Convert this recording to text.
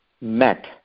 met